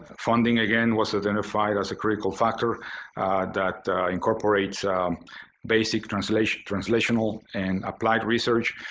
funding again was identified as a critical factor that incorporates basic translational translational and applied research.